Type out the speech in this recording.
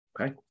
Okay